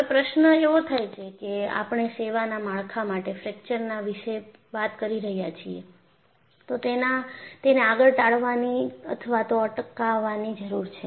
હવે પ્રશ્ન એવો થાય છે કે આપણે સેવાના માળખા માટે ફ્રેક્ચરના વિશે વાત કરી રહ્યા છીએ તો તેને આગળ ટાળવવાની અથવા તો અટકાવવાની જરૂર છે